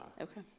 Okay